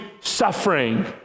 suffering